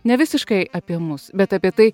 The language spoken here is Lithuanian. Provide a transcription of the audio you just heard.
ne visiškai apie mus bet apie tai